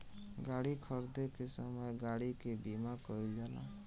गाड़ी खरीदे के समय गाड़ी के बीमा कईल जाला